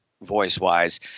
voice-wise